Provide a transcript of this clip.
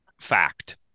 Fact